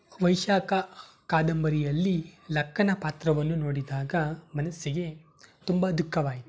ವೈಶಾಖ ಕಾದಂಬರಿಯಲ್ಲಿ ಲಕ್ಕನ ಪಾತ್ರವನ್ನು ನೋಡಿದಾಗ ಮನಸ್ಸಿಗೆ ತುಂಬ ದುಃಖವಾಯಿತು